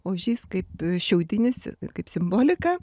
ožys kaip šiaudinis kaip simbolika